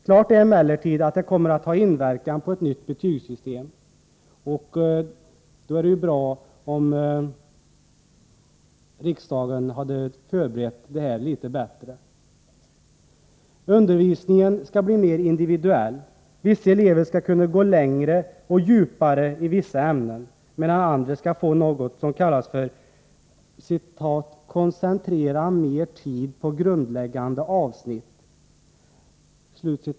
Klart är emellertid att det kommer att ha inverkan på ett nytt betygssystem. Därför vore det bra om riksdagen hade förberett detta litet bättre. Undervisningen skall bli mera individuell. Vissa elever skall kunna gå längre och djupare i vissa ämnen, medan andra skall få ”koncentrera mer tid på grundläggande avsnitt”.